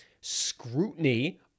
scrutiny